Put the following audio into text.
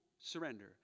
surrender